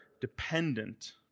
dependent